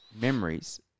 memories